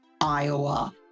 Iowa